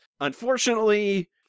Unfortunately